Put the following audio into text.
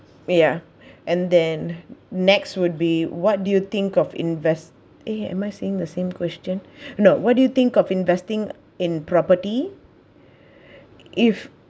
ya and then next would be what do you think of invest eh am I seeing the same question no what do you think of investing in property if